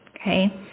okay